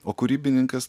o kūrybininkas